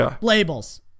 labels